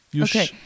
Okay